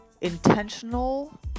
intentional